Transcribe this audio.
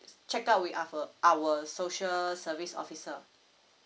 check out with our our social service officer